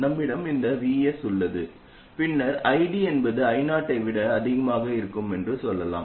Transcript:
நம்மிடம் இந்த Vs உள்ளது பின்னர் ID என்பது I0 ஐ விட அதிகமாக இருக்கும் என்று சொல்லலாம்